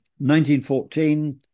1914